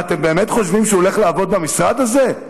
מה, אתם באמת חושבים שהוא הולך לעבוד במשרד הזה?